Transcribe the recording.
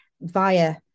via